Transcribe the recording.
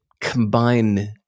combine